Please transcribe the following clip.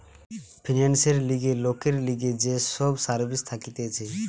ফিন্যান্সের লিগে লোকের লিগে যে সব সার্ভিস থাকতিছে